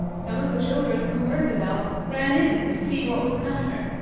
some of the children who heard the bell ran in to see what was the matter,